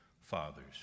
fathers